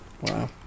Wow